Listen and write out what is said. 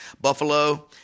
Buffalo